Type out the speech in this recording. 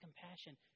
compassion